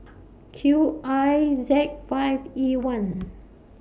Q I Z five E one